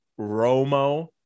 Romo